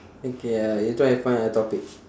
think ya we try and find a topic